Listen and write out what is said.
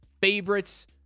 favorites